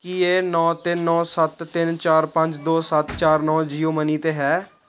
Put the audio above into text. ਕੀ ਇਹ ਨੌਂ ਤਿੰਨ ਨੌਂ ਸੱਤ ਤਿੰਨ ਚਾਰ ਪੰਜ ਦੋ ਸੱਤ ਚਾਰ ਨੌਂ ਜੀਓ ਮਨੀ 'ਤੇ ਹੈ